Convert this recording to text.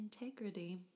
integrity